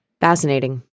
fascinating